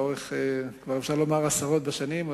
לאורך עשרות בשנים.